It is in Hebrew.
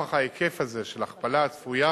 לנוכח ההיקף הזה של ההכפלה הצפויה,